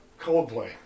Coldplay